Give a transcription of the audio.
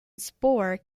spore